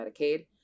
Medicaid